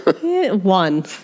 one